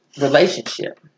relationship